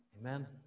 Amen